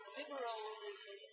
liberalism